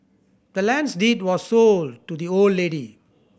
the land's deed was sold to the old lady